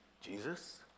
Jesus